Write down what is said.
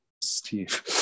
Steve